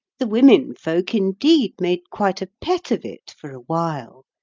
the women folk, indeed, made quite a pet of it, for a while.